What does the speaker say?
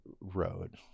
road